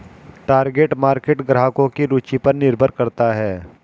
target market ग्राहकों की रूचि पर निर्भर करता है